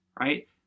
right